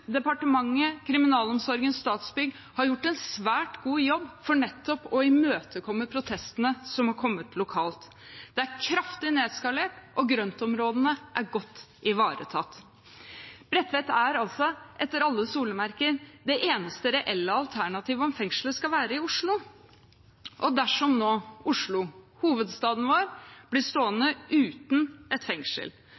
departementet, kriminalomsorgen og Statsbygg har gjort en svært god jobb for nettopp å imøtekomme protestene som er kommet lokalt. Det er kraftig nedskalert, og grøntområdene er godt ivaretatt. Bredtvet er altså etter alle solemerker det eneste reelle alternativet om fengselet skal være i Oslo. Dersom nå Oslo, hovedstaden vår, blir